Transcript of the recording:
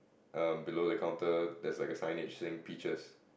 um below the counter there's like a signage saying peaches